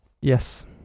yes